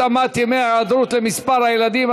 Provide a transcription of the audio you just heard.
התאמת ימי ההיעדרות למספר הילדים),